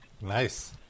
Nice